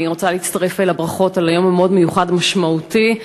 אני רוצה להצטרף לברכות על היום המאוד-מיוחד ומשמעותי.